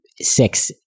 six